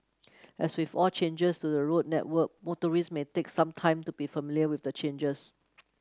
as with all changes to the road network motorist may take some time to be familiar with the changes